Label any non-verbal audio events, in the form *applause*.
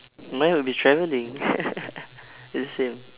mine will be travelling *laughs* is the same